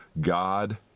God